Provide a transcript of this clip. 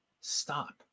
Stop